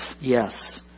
Yes